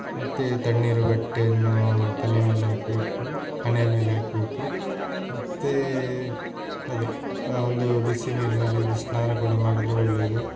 ಮತ್ತೆ ತಣ್ಣೀರು ಬಟ್ಟೆಯನ್ನು ತಲೆ ಮೇಲೆ ಹಾಕಬೇಕು ಹಣೆಯ ಮೇಲೆ ಹಾಕಬೇಕು ಮತ್ತೆ ಅದೇ ಒಂದು ಬಿಸಿ ನೀರಿನಲ್ಲಿ ಇದು ಸ್ನಾನ ಕೂಡ ಮಾಡಿದರೆ ಒಳ್ಳೆಯದು